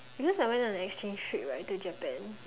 because I went on an exchange trip right to Japan